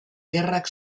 gerrak